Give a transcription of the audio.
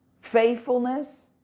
faithfulness